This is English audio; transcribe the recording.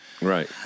Right